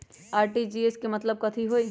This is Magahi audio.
आर.टी.जी.एस के मतलब कथी होइ?